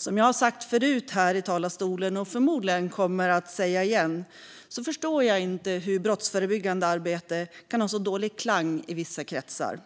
Som jag har sagt förut här i talarstolen, och förmodligen kommer att säga igen, förstår jag inte hur brottsförebyggande arbete kan ha så dålig klang i vissa kretsar.